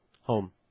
Home